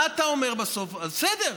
בסדר,